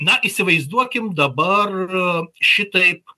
na įsivaizduokim dabar šitaip